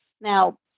Now